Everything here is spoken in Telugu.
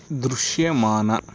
దృశ్యమాన